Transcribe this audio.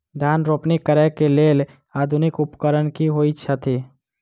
धान रोपनी करै कऽ लेल आधुनिक उपकरण की होइ छथि?